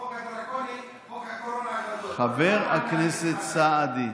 החוק הדרקוני, חוק הקורונה הגדול, חבר הכנסת סעדי,